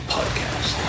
Podcast